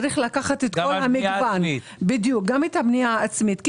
צריך לקחת בחשבון גם את הבנייה העצמית.